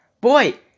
Boy